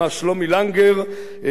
לפי הנתונים של משרד הפנים,